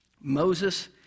Moses